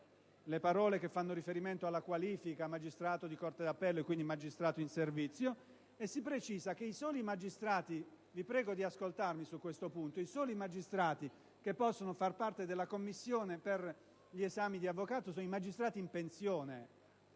le parole che fanno riferimento alla qualifica di magistrato di corte d'appello e, quindi, di magistrato in servizio, e si precisa che i soli magistrati che possono far parte della commissione per gli esami di avvocato sono i magistrati in pensione.